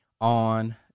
on